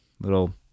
little